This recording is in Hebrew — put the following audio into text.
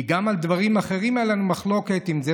כי גם על דברים אחרים הייתה לנו מחלוקת: עם זה